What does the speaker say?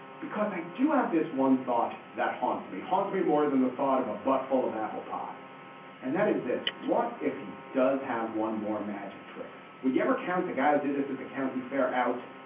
because i do have this one thought that haunts me haunts me more than the thought of a bus but full of apple pie and that is this. what if he does have one more magic trick. would you ever count the guy who did this at the county fair out.